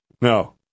No